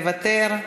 מוותר,